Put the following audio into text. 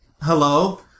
Hello